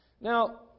Now